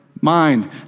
mind